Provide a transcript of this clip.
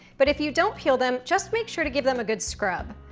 but if you don't peel them, just make sure to give them a good scrub.